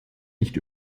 nicht